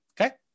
Okay